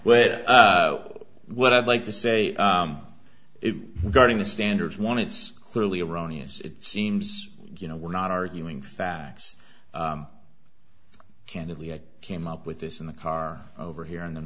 well what i'd like to say it guarding the standards one it's clearly erroneous it seems you know we're not arguing facts candidly i came up with this in the car over here and then